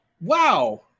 wow